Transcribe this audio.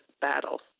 battle